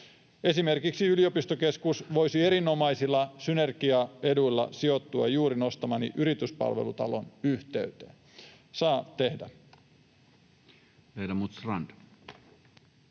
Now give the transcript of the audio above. Esimerkiksi yliopistokeskus voisi erinomaisilla synergiaeduilla sijoittua juuri nostamani Yrityspalvelutalon yhteyteen. Saa tehdä.